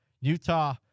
Utah